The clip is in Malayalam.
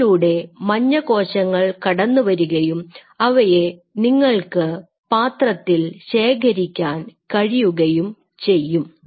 ഇതിലൂടെ മഞ്ഞ കോശങ്ങൾ കടന്നുവരികയും അവയെ നിങ്ങൾക്ക് പാത്രത്തിൽ ശേഖരിക്കാൻ കഴിയുകയും ചെയ്യും